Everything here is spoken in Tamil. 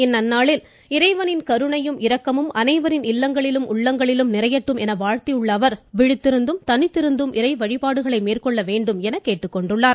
இந்நன்னாளில் இறைவனின் கருணையும் இரக்கமும் அனைவரின் இல்லங்களிலும் உள்ளங்களிலும் நிறையட்டும் என வாழ்த்தியுள்ள அவர் விழித்திருந்தும் தனித்திருந்தும் இறை வழிபாடுகளை மேற்கொள்ள வேண்டும் என கூறியுள்ளார்